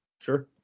Sure